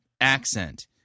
accent